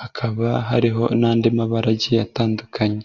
hakaba hariho n'andi mabara agiye atandukanye.